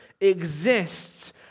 exists